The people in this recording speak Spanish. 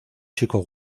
chico